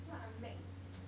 what are mag~